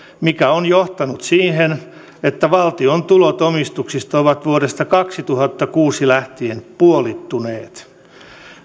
mikä on johtanut siihen että valtion tulot omistuksista ovat vuodesta kaksituhattakuusi lähtien puolittuneet